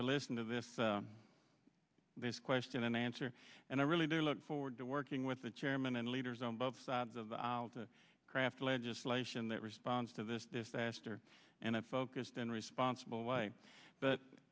to listen to this this question and answer and i really do look forward to working with the chairmen and leaders on both sides of the craft legislation that responds to this this aster and i focused in a responsible way but